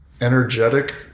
energetic